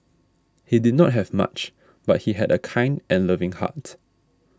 he did not have much but he had a kind and loving heart